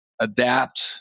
adapt